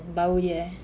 bau dia